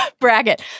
Bracket